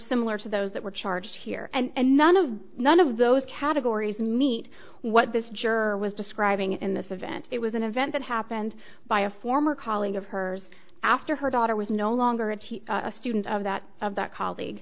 similar to those that were charged here and none of none of those categories meet what this juror was describing in this event it was an event that happened by a former colleague of hers after her daughter was no longer a student of that of that colle